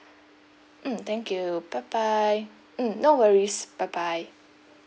mm thank you bye bye mm no worries bye bye